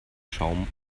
schaum